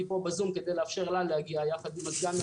פה בזום כדי לאפשר לה להגיע יחד עם הסגן,